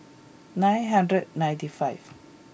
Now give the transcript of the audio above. nine hundred ninety five